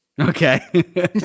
Okay